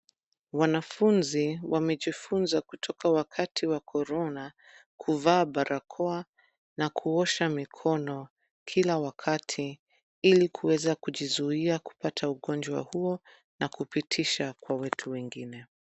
Wanafunzi wamejifunza kutoka wakati wa korona kuvaa barakoa na kuosha mikono kila wakati, ili kuweza kujizuia kupata ugonjwa huo na kupitisha kwa watu wengine.